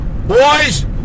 Boys